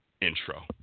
intro